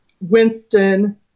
Winston